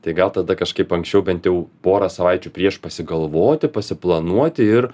tai gal tada kažkaip anksčiau bent jau porą savaičių prieš pasigalvoti pasiplanuoti ir